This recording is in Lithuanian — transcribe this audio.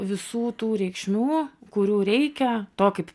visų tų reikšmių kurių reikia to kaip